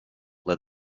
led